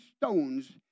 stones